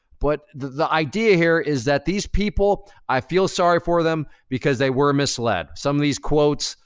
but the idea here is that these people, i feel sorry for them because they were misled. some of these quotes,